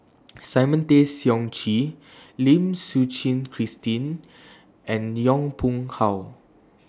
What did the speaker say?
Simon Tay Seong Chee Lim Suchen Christine and Yong Pung How